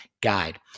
guide